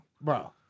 Bro